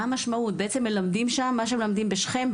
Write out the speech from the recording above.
בעצם מה שלמדים שם זה מה שלמדים בשכם,